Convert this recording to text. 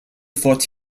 thought